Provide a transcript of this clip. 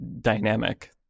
dynamic